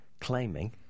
claiming